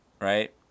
right